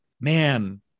Man